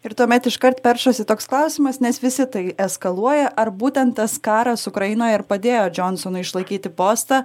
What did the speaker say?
ir tuomet iškart peršasi toks klausimas nes visi tai eskaluoja ar būtent tas karas ukrainoje ir padėjo džonsoną išlaikyti postą